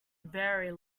very